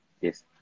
Yes